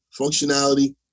functionality